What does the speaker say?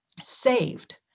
saved